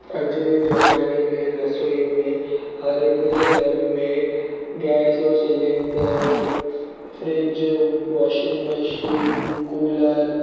अॼु जे ज़माने में रसोई में हर हिक जे घर में गैस जो cylinder fridge washing machine cooler